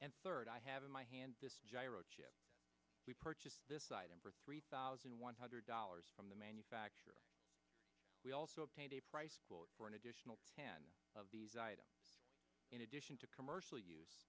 and third i have in my hand gyro chip we purchased this item for three thousand one hundred dollars from the manufacturer we also obtained a price for an additional ten of these items in addition to commercial use